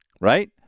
right